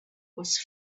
was